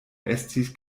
estis